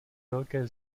velké